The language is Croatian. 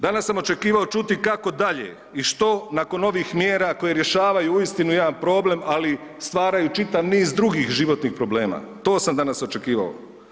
Danas sam očekivati čuti kako dalje i što nakon ovih mjera koje rješavaju uistinu jedan problem, ali stvaraju čitav niz drugih životnih problema, to sam danas očekivao.